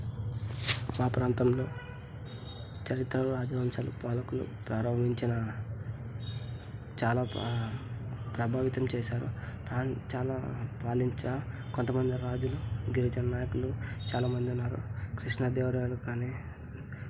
ఆ ప్రాంతంలో చరిత్రలు రాజవంశాలు పాలకులు ప్రారంభించిన చాలా పా ప్రభావితం చేశారు ప్రాం చాలా పాలించ కొంతమంది రాజులు గిరిజన నాయకులు చాలామందున్నారు కృష్ణదేవరాయలు కానీ